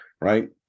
right